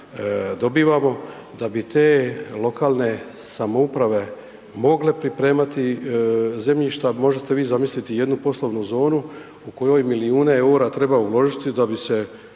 dobivamo da bi te lokalne samouprave mogle pripremati zemljišta. Možete li vi zamisliti jednu poslovnu zonu u kojoj milijune eura treba uložiti da bi se